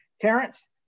Terrence